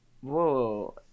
Whoa